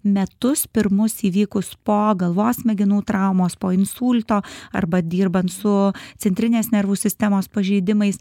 metus pirmus įvykus po galvos smegenų traumos po insulto arba dirbant su centrinės nervų sistemos pažeidimais